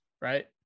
right